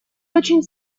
очень